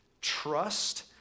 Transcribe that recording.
Trust